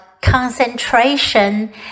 concentration